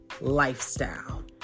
lifestyle